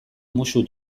musu